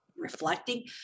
reflecting